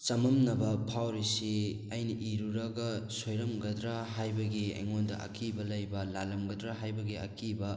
ꯆꯃꯝꯅꯕ ꯐꯥꯎꯔꯤꯁꯤ ꯑꯩꯅ ꯏꯔꯨꯔꯒ ꯁꯣꯏꯔꯝꯒꯗ꯭ꯔꯥ ꯍꯥꯏꯕꯒꯤ ꯑꯩꯉꯣꯟꯗ ꯑꯀꯤꯕ ꯂꯩꯕ ꯂꯥꯟꯂꯝꯒꯗ꯭ꯔꯥ ꯍꯥꯏꯕꯒꯤ ꯑꯀꯤꯕ